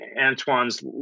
Antoine's